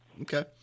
Okay